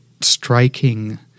striking